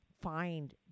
find